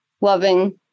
loving